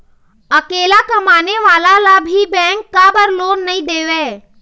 अकेला कमाने वाला ला भी बैंक काबर लोन नहीं देवे?